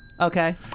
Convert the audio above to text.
Okay